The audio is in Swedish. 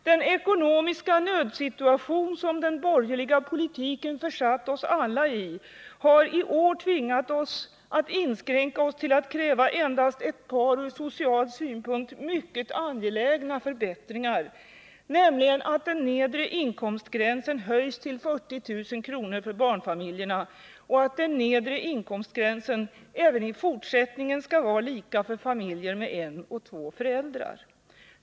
Den ekonomiska nödsituation som den borgerliga politiken försatt oss alla i har tvingat oss att i år inskränka oss till att kräva endast ett par från social synpunkt mycket angelägna förbättringar, nämligen att nedre inkomstgränsen höjs till 40 000 kr. för barnfamiljer, och att nedre inkomstgränsen även i fortsättningen skall vara lika för familjer med en och två föräldrar.